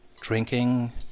drinking